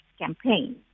campaign